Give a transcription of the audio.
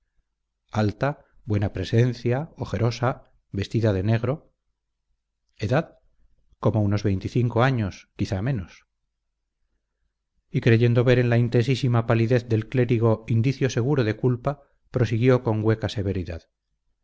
alta buena presencia ojerosa vestida de negro edad como unos veinticinco años quizás menos y creyendo ver en la intensísima palidez del clérigo indicio seguro de culpa prosiguió con hueca severidad